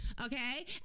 Okay